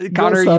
Connor